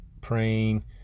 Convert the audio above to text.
praying